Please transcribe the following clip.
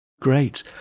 Great